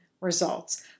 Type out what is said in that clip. results